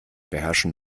beherrschen